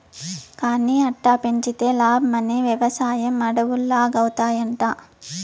కానీ అట్టా పెంచితే లాబ్మని, వెవసాయం అడవుల్లాగౌతాయంట